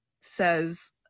says